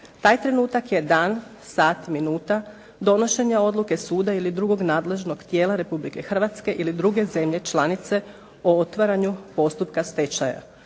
Taj trenutak je dan, sat, minuta donošenja odluke suda ili drugog nadležnog tijela Republike Hrvatske ili druge zemlje članice o otvaranju postupka stečaja.